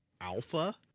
alpha